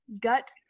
gut